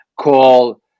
call